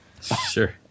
Sure